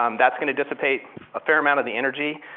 um that's gonna dissipate a fair amount of the energy,